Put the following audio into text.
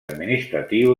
administratiu